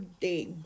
day